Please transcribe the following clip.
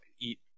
eat